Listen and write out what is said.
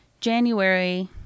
January